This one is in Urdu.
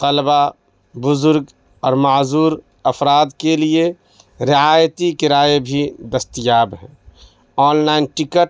طلبا بزرگ اور معذور افراد کے لیے رعایتی کرائے بھی دستیاب ہیں آن لائن ٹکٹ